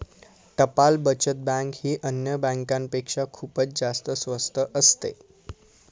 टपाल बचत बँक ही अन्य बँकांपेक्षा खूपच जास्त स्वस्त असते